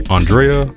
Andrea